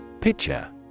Picture